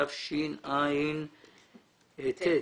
התשע"ט-2018.